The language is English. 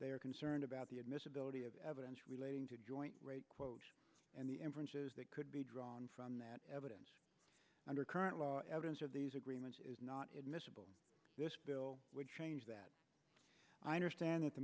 they are concerned about the admissibility of evidence relating to joint quotes and the inferences that could be drawn from that evidence under current law evidence of these agreements is not admissible this bill would change that i understand that the